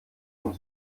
und